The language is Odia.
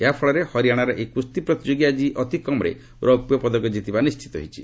ଏହାଫଳରେ ହରିୟାଣାର ଏହି କୁସ୍ତି ପ୍ରତିଯୋଗୀ ଅତି କମ୍ରେ ରୌପ୍ୟପଦକ ଜିତିବା ନିଶ୍ଚିତ ହୋଇଛି